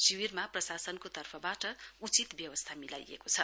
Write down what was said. शिविरमा प्रशासनको तर्फबाट उचित व्यवस्था मिलाइएको छ